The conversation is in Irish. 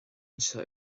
anseo